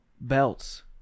belts